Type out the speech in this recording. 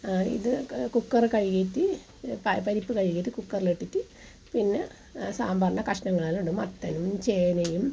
ആ ഇത് കുക്കർ കഴുകിയിട്ട് പ പരിപ്പ് കഴുകിയിട്ട് കുക്കറിൽ ഇട്ടിട്ട് പിന്നെ സാമ്പാറിൻ്റെ കഷ്ണങ്ങളെല്ലാം ഇടും മത്തൻ ചേനയും